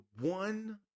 one